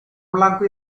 blanco